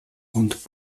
und